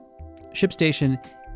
ShipStation